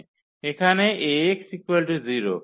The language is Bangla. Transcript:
এখানে 𝐴𝑥 0